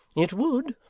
it would,